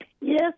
Yes